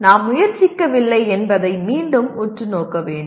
நாம் முயற்சிக்கவில்லை என்பதை மீண்டும் உற்று நோக்க வேண்டும்